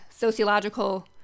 sociological